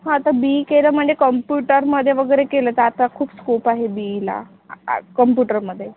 हां तर B E केलं म्हणजे कम्प्युटरमध्ये वगैरे केलं तर आता खूप स्कोप आहे बी ईला कम्पुटरमध्ये